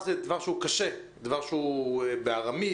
לימוד גמרא שזה דבר קשה, זה בארמית.